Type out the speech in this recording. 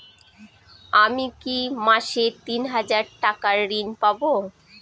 আমি কি মাসে তিন হাজার টাকার ঋণ পাবো?